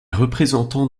représentants